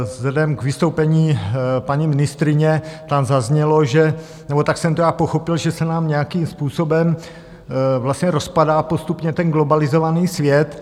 Vzhledem k vystoupení paní ministryně, tam zaznělo, že nebo tak jsem to já pochopil, že se nám nějakým způsobem vlastně rozpadá postupně ten globalizovaný svět.